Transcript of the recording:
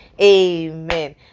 Amen